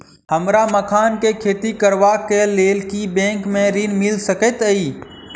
हमरा मखान केँ खेती करबाक केँ लेल की बैंक मै ऋण मिल सकैत अई?